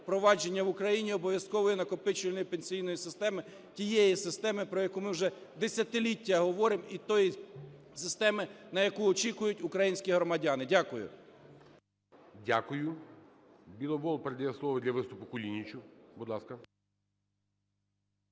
в Україні обов'язкової накопичувальної пенсійної системи, тієї системи, про яку ми вже десятиліття говоримо, і тої системи, на яку очікують українські громадяни. Дякую. ГОЛОВУЮЧИЙ. Дякую. Біловолпередає слово для виступуКулінічу. Будь ласка.